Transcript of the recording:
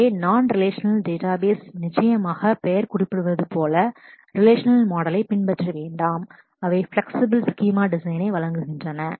எனவே நான் relational database non relational database நிச்சயமாக பெயர் குறிப்பிடுவது போல ரிலேஷநல் மாடலை பின்பற்ற வேண்டாம் அவை பிளக்சிப்ள் ஸ்கீமா டிசைனை flexible schema design வழங்குகின்றன